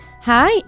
hi